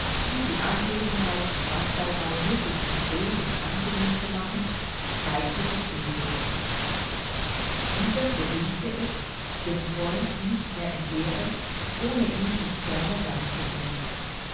ihm die anwesenheit in schwarzwaldau möglichst bequem und angenehm zu machen zeigte sich emil diesen bedünkte es den freund nicht mehr entbehren ohne ihn nicht ferner sein zu können